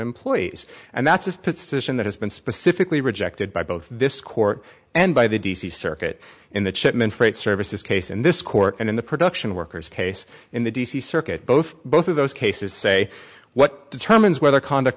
employees and that's his position that has been specifically rejected by both this court and by the d c circuit in the chapman freight services case in this court and in the production workers case in the d c circuit both both of those cases say what determines whether conduct